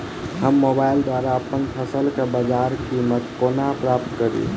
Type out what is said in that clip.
हम मोबाइल द्वारा अप्पन फसल केँ बजार कीमत कोना प्राप्त कड़ी?